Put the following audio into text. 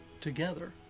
together